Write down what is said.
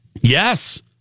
Yes